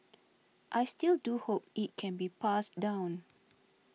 I still do hope it can be passed down